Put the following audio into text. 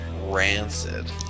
Rancid